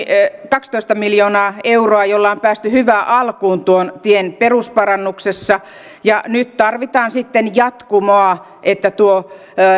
kaksitoista miljoonaa euroa joilla on päästy hyvään alkuun tuon tien perusparannuksessa nyt tarvitaan sitten jatkumoa että tuo